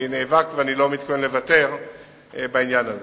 אני נאבק ואני לא מתכונן לוותר בעניין הזה.